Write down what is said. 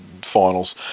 finals